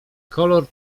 kolor